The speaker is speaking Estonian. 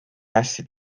hästi